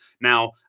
Now